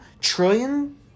trillion